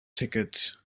tickets